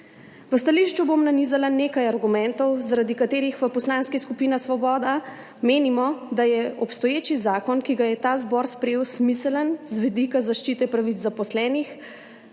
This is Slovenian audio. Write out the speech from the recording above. V stališču bom nanizala nekaj argumentov, zaradi katerih v Poslanski skupini Svoboda menimo, da je obstoječi zakon, ki ga je ta zbor sprejel, smiseln z vidika zaščite pravic zaposlenih,